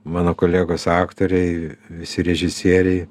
mano kolegos aktoriai visi režisieriai